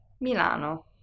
MILANO